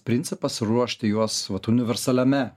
principas ruošti juos vat universaliame